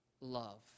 love